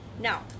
now